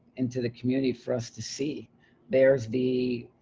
into the community for us to see there's the,